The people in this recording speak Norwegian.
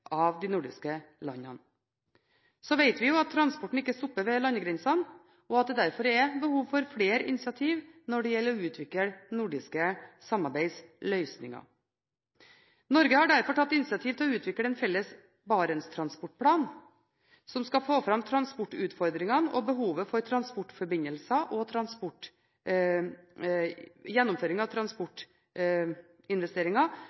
av de nordiske landene. Vi vet at transporten ikke stopper ved landegrensene, og at det derfor er behov for flere initiativer når det gjelder å utvikle nordiske samarbeidsløsninger. Norge har derfor tatt initiativ til å utvikle en felles Barents-transportplan som skal få fram transportutfordringene, behovet for transportforbindelser og gjennomføring av